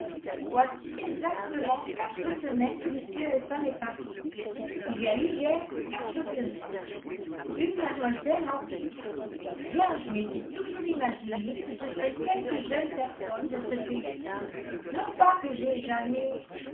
voici exactement quatre semaines que m elton est parti il y a eu hier quatre semaines une mlle hawkins eh bien je m'étais toujours imaginé que ce serait quelque jeune personne de ce pays non pas que j'aie jamais